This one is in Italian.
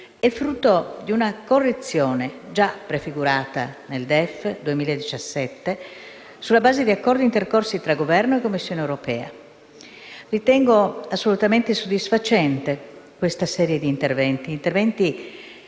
è frutto di una correzione già prefigurata nel DEF 2017, sulla base di accordi intercorsi tra Governo e Commissione europea. Ritengo assolutamente soddisfacente questa serie di interventi, molteplici